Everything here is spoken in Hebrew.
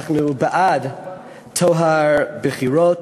אנחנו בעד טוהר הבחירות,